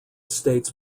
states